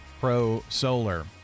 ProSolar